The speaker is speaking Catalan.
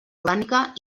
orgànica